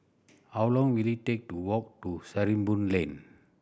how long will it take to walk to Sarimbun Lane